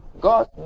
God